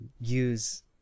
use